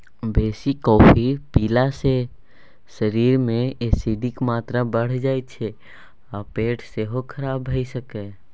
बेसी कॉफी पीला सँ शरीर मे एसिडक मात्रा बढ़ि जाइ छै आ पेट सेहो खराब भ सकैए